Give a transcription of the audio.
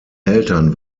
eltern